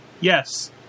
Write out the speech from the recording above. yes